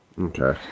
Okay